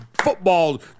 Football